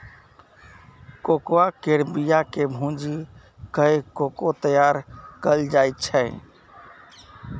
cocoa केर बिया केँ भूजि कय कोको तैयार कएल जाइ छै